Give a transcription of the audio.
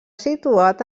situat